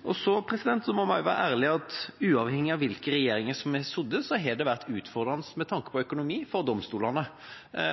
må også være ærlig på at uavhengig av hvilke regjeringer som har sittet, har det vært utfordrende med tanke på økonomien for domstolene.